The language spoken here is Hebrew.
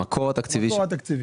התקציב